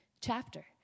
chapter